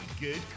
good